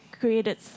created